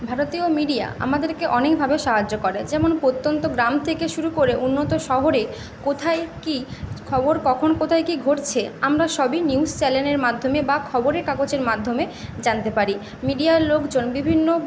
ভারতীয় মিডিয়া আমাদেরকে অনেকভাবে সাহায্য করে যেমন প্রত্যন্ত গ্রাম থেকে শুরু করে উন্নত শহরে কোথায় কি খবর কখন কোথায় কি ঘটছে আমরা সবই নিউজ চ্যানেলের মাধ্যমে বা খবরের কাগজের মাধ্যমে জানতে পারি মিডিয়ার লোকজন বিভিন্ন